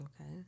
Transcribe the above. Okay